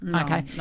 okay